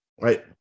right